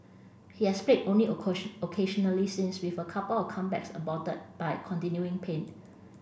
he has played only occasionally since with a couple of comebacks aborted by continuing pain